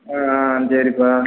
ஆ சரிப்பா